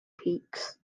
peaks